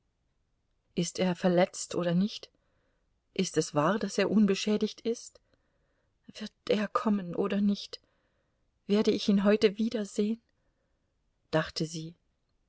ist er verletzt oder nicht ist es wahr daß er unbeschädigt ist wird er kommen oder nicht werde ich ihn heute wiedersehen dachte sie